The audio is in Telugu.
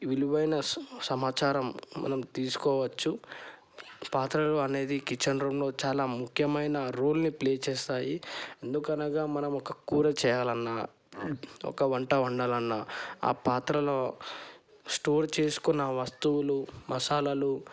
విలువైన సమాచారం మనం తీసుకోవచ్చు పాత్రలు అనేవి కిచెన్ రూంలో చాలా ముఖ్యమైన రోల్నిప్లే చేస్తాయి ఎందుకనగా మనం ఒక కూర చేయాలన్నా ఒక వంట వండాలన్నా ఆ పాత్రలో స్టోర్ చేసుకున్న ఆ వస్తువులు మసాలాలు